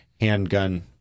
handgun